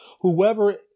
whoever